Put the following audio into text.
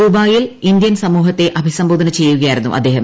ദുബായിയിൽ ഇന്ത്യൻ സ്മൂഹത്തെ അഭിസംബോധന ചെയ്യുകയായിരുന്നു അദ്ദേഹം